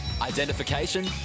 identification